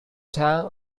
town